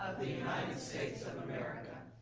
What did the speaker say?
the united states of america,